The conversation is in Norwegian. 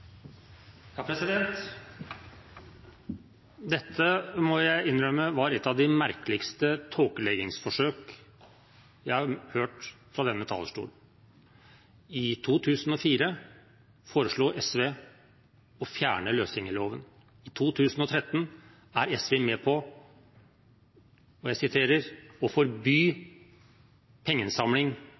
Dette må jeg innrømme var et av de merkeligste tåkeleggingsforsøk jeg har hørt fra denne talerstolen. I 2004 foreslo SV å fjerne løsgjengerloven. I 2013 var SV med på å forby å – og jeg siterer